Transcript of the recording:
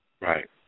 Right